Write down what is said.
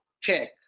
check